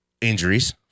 injuries